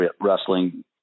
wrestling